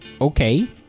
Okay